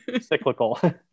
cyclical